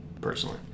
personally